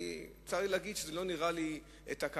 צר לי להגיד שזה לא נראה לי תקלה,